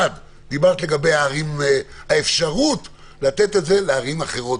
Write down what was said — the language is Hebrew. אחד, דיברת על האפשרות לתת את זה גם לערים אחרות,